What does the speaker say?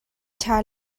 ṭha